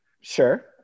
Sure